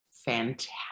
fantastic